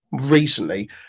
recently